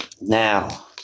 Now